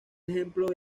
ejemplo